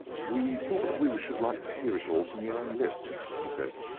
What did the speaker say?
we thought that we we should like to hear it all from your own lips, he said.